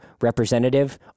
representative